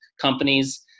companies